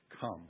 Come